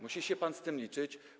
Musi się pan z tym liczyć.